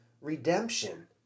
redemption